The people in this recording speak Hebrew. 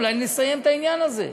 אולי נסיים את העניין הזה.